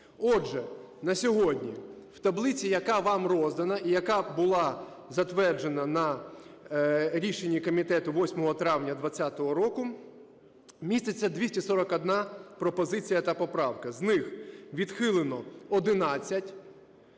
Отже, на сьогодні в таблиці, яка вам роздана і яка була затверджена на рішенні комітету 8 травня 2020 року, міститься 241 пропозиція та поправка, з них відхилено –